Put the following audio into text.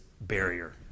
barrier